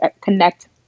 connect